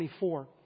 24